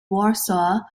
warsaw